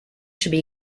should